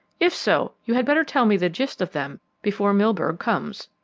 if so, you had better tell me the gist of them before milburgh comes.